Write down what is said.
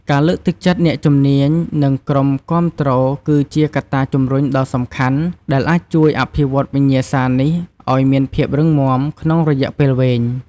ការលើកទឹកចិត្តអ្នកជំនាញ និងក្រុមគាំទ្រគឺជាកត្តាជំរុញដ៏សំខាន់ដែលអាចជួយអភិវឌ្ឍវិញ្ញាសានេះឱ្យមានភាពរឹងមាំក្នុងរយៈពេលវែង។